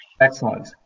Excellent